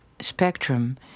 spectrum